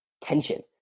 tension